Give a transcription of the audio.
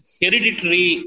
hereditary